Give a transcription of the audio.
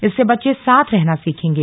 इससे बच्चे साथ रहना सीखेंगे